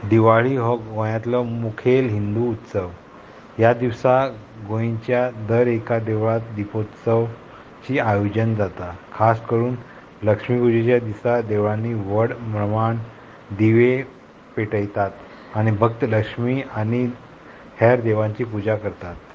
दिवाळी हो गोंयांतलो मुखेल हिंदू उत्सव ह्या दिवसा गोंयच्या दर एका देवळांत दिपोत्सवची आयोजन जाता खास करून लक्ष्मी पुजेच्या दिसा देवळांनी व्हड प्रमाण दिवे पेटयतात आनी भक्त लक्ष्मी आनी हेर देवांची पुजा करतात